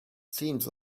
seems